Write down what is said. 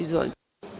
Izvolite.